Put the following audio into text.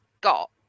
got